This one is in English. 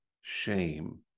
shame